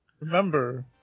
Remember